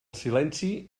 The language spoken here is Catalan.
silenci